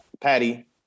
Patty